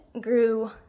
grew